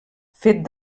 fet